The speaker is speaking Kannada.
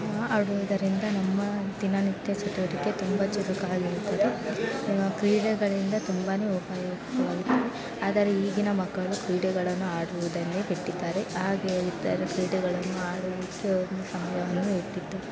ಆಡುವುದರಿಂದ ನಮ್ಮ ದಿನನಿತ್ಯ ಚಟುವಟಿಕೆ ತುಂಬ ಚುರುಕಾಗಿರುತ್ತದೆ ಕ್ರೀಡೆಗಳಿಂದ ತುಂಬ ಉಪಯೋಗವಾಗುತ್ತದೆ ಆದರೆ ಈಗಿನ ಮಕ್ಕಳು ಕ್ರೀಡೆಗಳನ್ನು ಆಡುವುದನ್ನೇ ಬಿಟ್ಟಿದ್ದಾರೆ ಹಾಗೇ ಈ ಥರ ಕ್ರೀಡೆಗಳನ್ನು ಆಡಲಿಕ್ಕೆ ಒಂದು ಸಮಯವನ್ನು ಇಟ್ಟಿದ್ದು